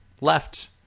left